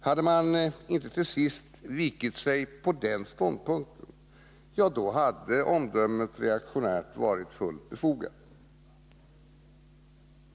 Hade man inte till sist vikit från den ståndpunkten hade omdömet ”reaktionärt” varit fullt befogat.